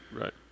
right